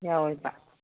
ꯌꯥꯎꯋꯦꯕ